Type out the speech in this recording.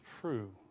true